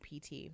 PT